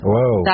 Whoa